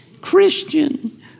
Christian